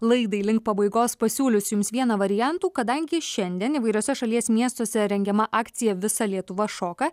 laidai link pabaigos pasiūlys jums vieną variantų kadangi šiandien įvairiuose šalies miestuose rengiama akcija visa lietuva šoka